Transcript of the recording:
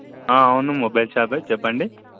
అవును మొబైల్ షాపే చెప్పండి